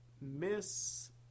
miss